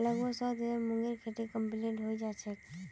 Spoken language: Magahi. लगभग सौ दिनत मूंगेर खेती कंप्लीट हैं जाछेक